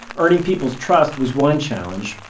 earning people's trust was one challenge.